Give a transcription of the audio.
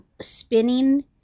spinning